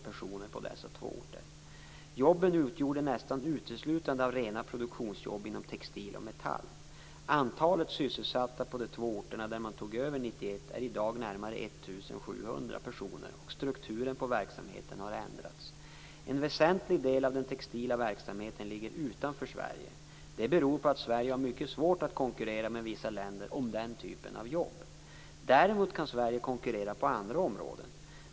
personer på dessa två orter. Jobben utgjordes nästan uteslutande av rena produktionsjobb inom textil och metall. Antalet sysselsatta på de två orter där man tog över 1991 är i dag närmare 1 700 personer, och strukturen på verksamheten har ändrats. En väsentlig del av den textila verksamheten ligger utanför Sverige. Det beror på att Sverige har mycket svårt att konkurrera med vissa länder om den typen av jobb. Däremot kan Sverige konkurrera på andra områden.